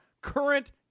current